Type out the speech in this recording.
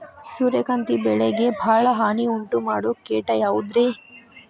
ಸೂರ್ಯಕಾಂತಿ ಬೆಳೆಗೆ ಭಾಳ ಹಾನಿ ಉಂಟು ಮಾಡೋ ಕೇಟ ಯಾವುದ್ರೇ?